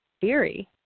theory